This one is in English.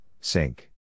sink